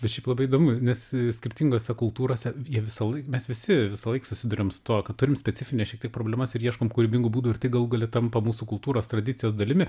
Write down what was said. bet šiaip labai įdomu nes skirtingose kultūrose jie visąlaik mes visi visąlaik susiduriam su tuo kad turim specifines problemas ir ieškom kūrybingų būdų ir tai galų gale tampa mūsų kultūros tradicijos dalimi